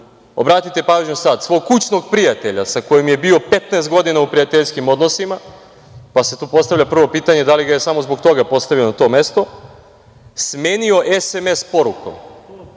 obratite pažnju sada, svog kućnog prijatelja, sa kojim je bio 15 godina u prijateljskim odnosima, pa se postavlja prvo pitanje, da li ga je samo zbog toga postavio na to mesto, smenio sms porukom. Dakle,